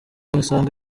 wasanga